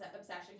obsession